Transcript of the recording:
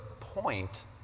point